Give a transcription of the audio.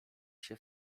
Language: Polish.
się